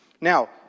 Now